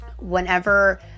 Whenever